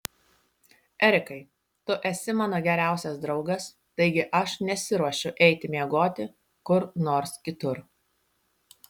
erikai tu esi mano geriausias draugas taigi aš nesiruošiu eiti miegoti kur nors kitur